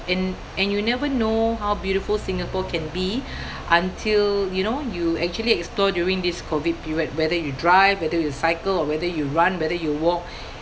and and you never know how beautiful Singapore can be until you know you actually explore during this COVID period whether you drive whether you cycle or whether you run whether you walk